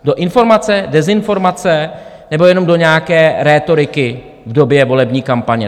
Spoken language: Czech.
Do informace, dezinformace, nebo jenom do nějaké rétoriky v době volební kampaně?